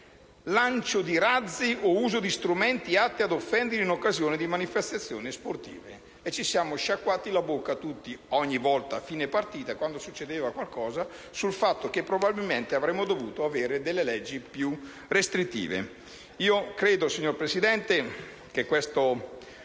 lancio di razzi o uso di strumenti atti ad offendere in occasione di manifestazioni sportive. Ci siamo sciacquati la bocca tutti, ogni volta che, a fine partita, succedeva qualcosa, sul fatto che probabilmente avremmo dovuto avere leggi più restrittive. Signora Presidente, credo che questo